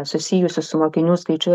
susijusių su mokinių skaičiu